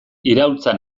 iraultza